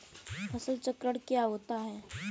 फसल चक्रण क्या होता है?